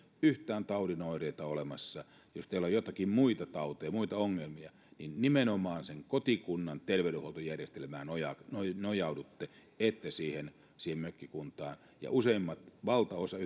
yhtään taudin oireita olemassa jos teillä on joitakin muita tauteja muita ongelmia niin nimenomaan sen kotikunnan terveydenhuoltojärjestelmään nojaudutte nojaudutte ette siihen mökkikuntaan ja useimmat valtaosa